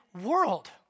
world